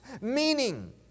Meaning